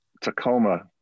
Tacoma